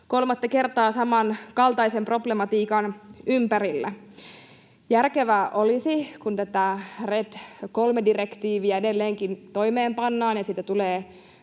kolmatta kertaa samankaltaisen problematiikan ympärillä. Järkevää olisi, kun tätä RED III -direktiiviä edelleenkin toimeenpannaan ja siitä tulee